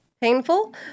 painful